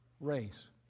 race